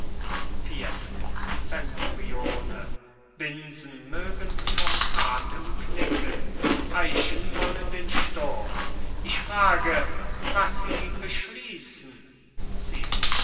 zenturione binsen mögen vom atem knicken eichen wollen den sturm ich frage was sie beschließen